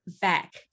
back